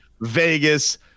Vegas